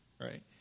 right